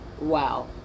Wow